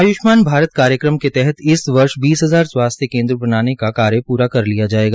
आय्षमान भारत कार्यक्रम के तहत इस वर्ष बीस हजार स्वास्थ्य केन्द्र बनाने का कार्य प्रा कर लिया जायेगा